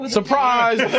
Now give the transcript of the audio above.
Surprise